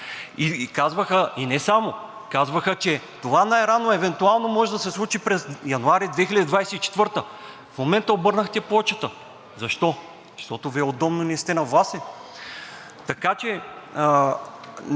и не само. Казваха, че това най-рано евентуално може да се случи през януари 2024-а. В момента обърнахте плочата. Защо? Защото Ви е удобно. Наистина, власт е, така че